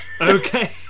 Okay